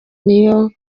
niyo